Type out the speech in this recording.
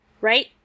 Right